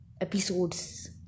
episodes